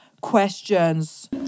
questions